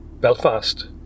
Belfast